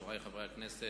חברי חברי הכנסת,